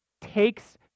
takes